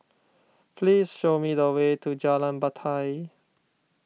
please show me the way to Jalan Batai